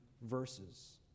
verses